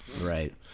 Right